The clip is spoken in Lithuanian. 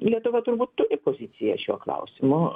lietuva turbūt turi poziciją šiuo klausimu